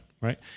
right